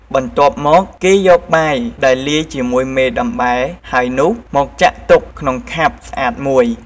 បន្ទាប់មកគេយកបាយដែលលាយជាមួយមេដំបែហើយនោះមកចាក់ទុកក្នុងខាប់ស្អាតមួយ។